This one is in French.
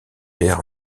l’ère